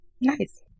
Nice